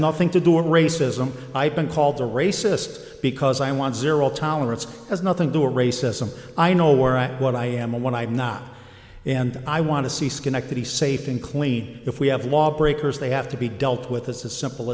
nothing to do on racism i've been called a racist because i want zero tolerance has nothing to racism i know where i am what i am and what i'm not and i want to see schenectady safe and clean if we have law breakers they have to be dealt with this is simple